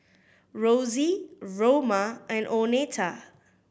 Rosy Roma and Oneta